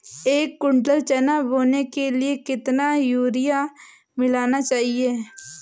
एक कुंटल चना बोने के लिए कितना यूरिया मिलाना चाहिये?